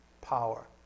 power